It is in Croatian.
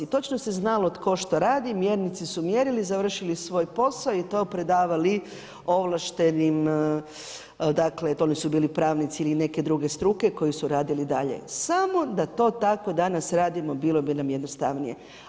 I točno se znalo tko što radi, mjernici su mjerili, završili svoj posao i to predavali ovlaštenim, dakle, … pravnici ili neke druge struke koji su radili dalje, samo da to tako danas radimo bilo bi nam jednostavnije.